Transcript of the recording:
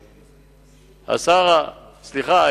סליחה,